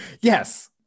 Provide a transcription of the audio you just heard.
Yes